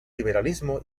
liberalismo